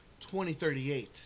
2038